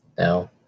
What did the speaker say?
Now